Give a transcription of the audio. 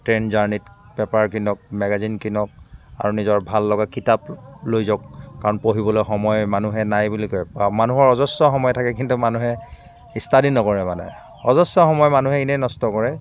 train জাৰ্ণিত paper কিনক magazine কিনক আৰু নিজৰ ভাল লগা কিতাপ লৈ যাওক কাৰণ পঢ়িবলৈ সময় মানুহে নাই বুলি কয় বা মানুহৰ অজস্ৰ সময় থাকে কিন্তু মানুহে ইষ্টাডি নকৰে মানে অজস্ৰ সময় মানুহে এনেই নষ্ট কৰে